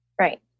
right